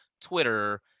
Twitter